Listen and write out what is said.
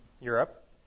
Europe